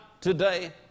today